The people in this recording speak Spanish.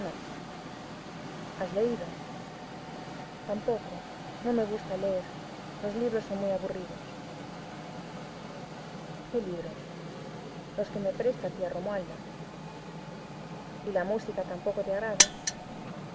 has leído tampoco no me gusta leer los libros son muy aburridos qué libros los que me presta tía romualda y la música tampoco te agrada